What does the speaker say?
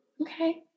Okay